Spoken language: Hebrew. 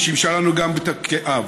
ושימשה לנו גם כאב.